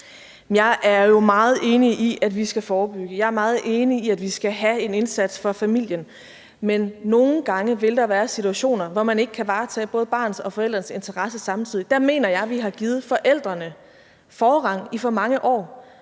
Jeg er jo meget enig i, at vi skal forebygge. Jeg er meget enig i, at vi skal have en indsats for familien, men nogle gange vil der være situationer, hvor man ikke kan varetage både barnets og forældrenes interesser samtidig. Der mener jeg, vi har givet forældrene forrang i for mange år.